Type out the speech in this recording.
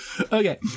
Okay